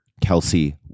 Kelsey